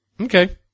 Okay